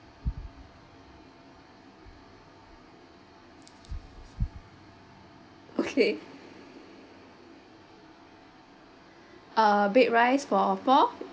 okay uh baked rice for four